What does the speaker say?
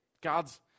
God's